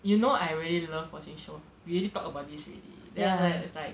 you know I really love watching show we already talked about this already then after that it's like